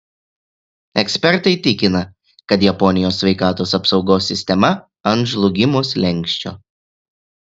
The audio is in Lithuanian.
ekspertai tikina kad japonijos sveikatos apsaugos sistema ant žlugimo slenksčio